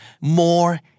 more